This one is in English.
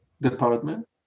department